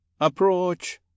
Approach